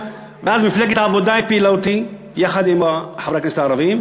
ואז מפלגת העבודה הפילה אותי יחד עם חברי הכנסת הערבים,